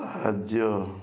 ସାହାଯ୍ୟ